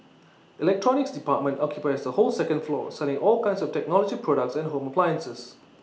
electronics department occupies the whole second floor selling all kinds of technology products and home appliances